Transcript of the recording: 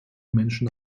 menschen